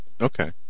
Okay